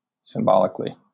symbolically